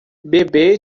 bebê